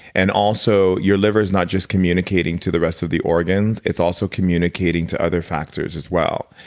and also, your liver is not just communicating to the rest of the organs. it's also communicating to other factors as well.